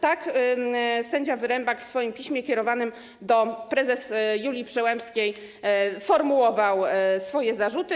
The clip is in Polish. Tak sędzia Wyrembak w swoim piśmie kierowanym do prezes Julii Przyłębskiej formułował swoje zarzuty.